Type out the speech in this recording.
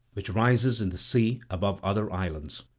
which rises in the sea above other islands.